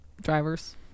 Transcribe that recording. drivers